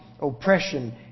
oppression